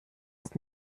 ist